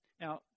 Now